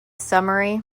summary